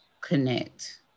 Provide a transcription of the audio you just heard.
connect